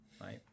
Right